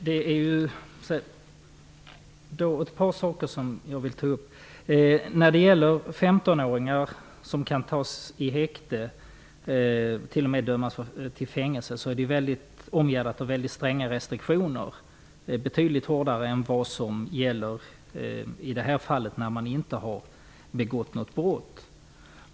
Fru talman! Jag vill ta upp ett par frågor. 15-åringar kan visserligen sättas i häkte och t.o.m. dömas till fängelse, men det är omgärdat av mycket stränga restriktioner. De restriktionerna är betydligt hårdare än de som gäller för personer som inte har begått något brott.